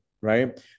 right